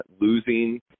losing